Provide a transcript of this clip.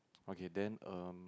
okay then um